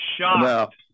shocked